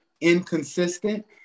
inconsistent